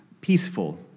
peaceful